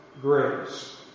grace